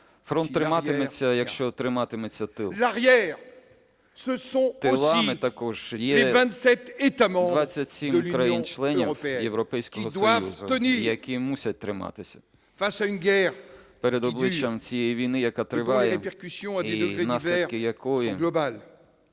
фронт триматиметься, якщо триматиметься тил. Тилами також є 27 країн-членів Європейського Союзу, які мусять триматися перед обличчям цієї війни, яка триває і наслідки якої